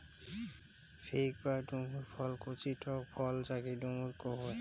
fig বা ডুমুর ফল কচি টক ফল যাকি ডুমুর কুহু